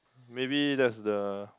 maybe that's the